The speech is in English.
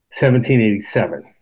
1787